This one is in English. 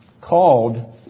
called